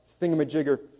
thingamajigger